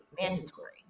mandatory